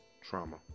trauma